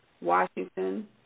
Washington